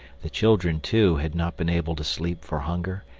the children, too, had not been able to sleep for hunger,